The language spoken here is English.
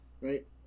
right